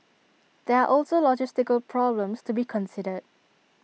there are also logistical problems to be considered